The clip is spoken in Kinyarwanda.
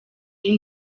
kuri